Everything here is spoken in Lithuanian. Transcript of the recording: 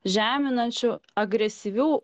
žeminančių agresyvių